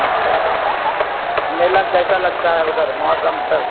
اچھا میلہ کیسا لگتا ہے ادھر محرم پر